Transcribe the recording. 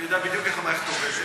אני יודע בדיוק איך המערכת עובדת,